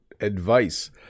advice